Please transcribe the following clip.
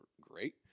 great